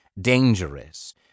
dangerous